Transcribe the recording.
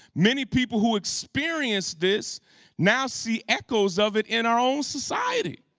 many people who experienced this now see echoes of it in our own society.